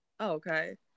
Okay